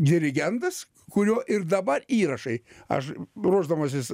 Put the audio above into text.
dirigentas kurio ir dabar įrašai aš ruošdamasis